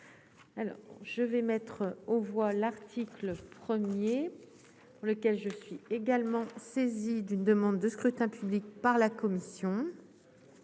je vais mettre aux voix l'article 1er, lequel je suis également. Saisi d'une demande de scrutin public par la Commission,